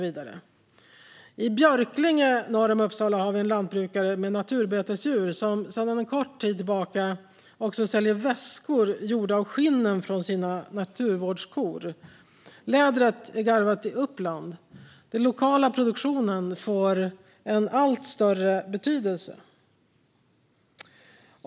I Björklinge norr om Uppsala finns en lantbrukare med naturbetesdjur, som sedan en kort tid tillbaka också säljer väskor gjorda av skinnen från hans naturvårdskor. Lädret är garvat i Uppland. Den lokala produktionen får allt större betydelse.